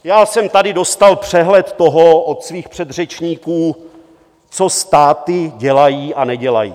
Já jsem tady dostal přehled toho od svých předřečníků, co státy dělají a nedělají.